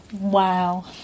wow